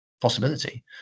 possibility